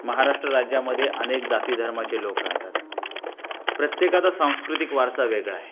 महाराष्ट्र राज्यामध्ये अनेक जाती धर्माचे लोक राहतात प्रत्येकाचा सांस्कृतिक वारसा वेगळा आहे